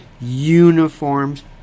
uniforms